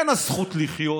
אין הזכות לחיות,